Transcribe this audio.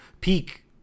peak